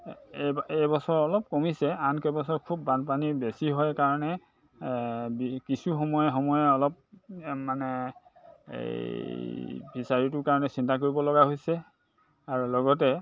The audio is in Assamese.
এই এই বছৰ অলপ কমিছে আনকেই বছৰ খুব বানপানী বেছি হয় কাৰণে কিছু সময় সময়ে অলপ মানে এই ফিচাৰিটোৰ কাৰণে চিন্তা কৰিব লগা হৈছে আৰু লগতে